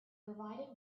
provided